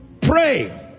pray